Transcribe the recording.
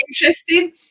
interesting